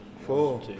Four